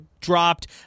dropped –